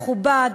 מכובד,